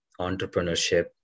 entrepreneurship